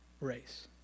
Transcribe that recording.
race